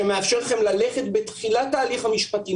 שמאפשר לכם ללכת בתחילת ההליך המשפטי,